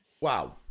wow